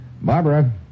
Barbara